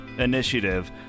Initiative